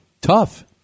tough